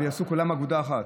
ויעשו כולם אגודה אחת.